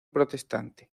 protestante